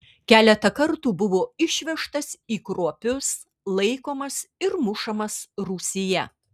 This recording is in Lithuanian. keletą kartų buvo išvežtas į kruopius laikomas ir mušamas rūsyje